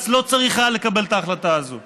בג"ץ לא צריך היה לקבל את ההחלטה הזאת.